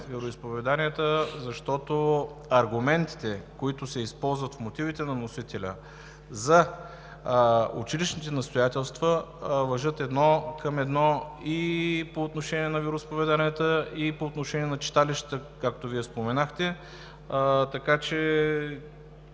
вероизповеданията, защото аргументите, които се използват в мотивите на вносителя за училищните настоятелства, важат едно към едно и по отношение на вероизповеданията, и по отношение на читалищата, както Вие споменахте. Така че